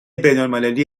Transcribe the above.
بینالمللی